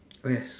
okay